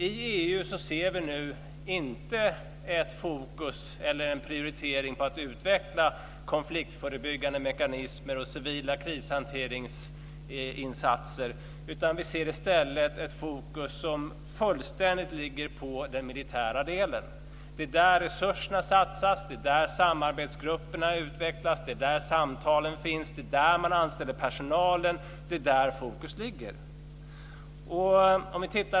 I EU ser vi nu inte ett fokus eller en prioritering på att utveckla konfliktförebyggande mekanismer och civila krishanteringsinsatser, utan vi ser i stället ett fokus som fullständigt ligger på den militära delen. Det är där resurserna satsas. Det är där samarbetsgrupperna utvecklas. Det är där samtalen förs. Det är där man anställer personalen. Det är där fokus ligger.